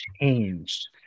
Changed